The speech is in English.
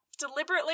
deliberately